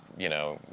you know,